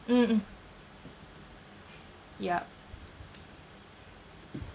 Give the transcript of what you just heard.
mmhmm yup